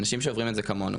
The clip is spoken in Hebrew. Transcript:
אנשים שעוברים את זה כמונו.